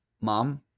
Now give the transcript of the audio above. mom